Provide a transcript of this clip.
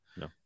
No